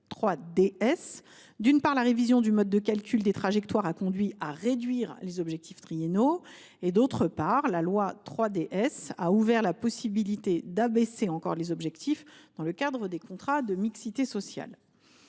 D’une part, la révision du mode de calcul des trajectoires a conduit à réduire les objectifs triennaux. D’autre part, la loi 3DS a ouvert la possibilité d’abaisser encore les objectifs dans le cadre des contrats de mixité sociale.